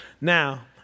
Now